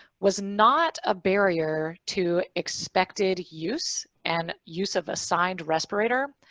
was not a barrier to expected use and use of assigned respirator.